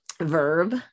verb